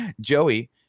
Joey